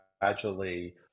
gradually